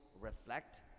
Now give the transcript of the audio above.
reflect